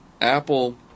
apple